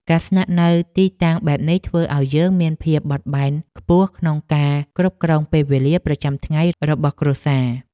ការស្នាក់នៅទីតាំងបែបនេះធ្វើឱ្យយើងមានភាពបត់បែនខ្ពស់ក្នុងការគ្រប់គ្រងពេលវេលាប្រចាំថ្ងៃរបស់គ្រួសារ។